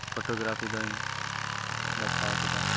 photo ᱜᱨᱟᱯᱷᱤᱫᱚᱧ ᱵᱟᱪᱷᱟᱣ ᱠᱮᱫᱟ